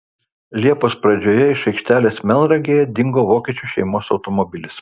liepos pradžioje iš aikštelės melnragėje dingo vokiečių šeimos automobilis